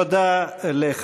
תודה רבה, אדוני היושב-ראש.